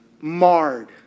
marred